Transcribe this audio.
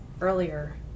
earlier